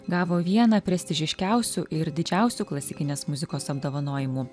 gavo vieną prestižiškiausių ir didžiausių klasikinės muzikos apdovanojimų